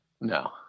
No